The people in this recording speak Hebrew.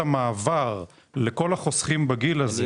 המעבר לכל החוסכים בגיל הזה בסיכון מופחת.